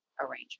arrangement